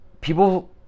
People